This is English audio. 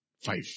Five